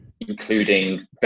including